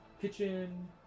Kitchen